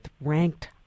ranked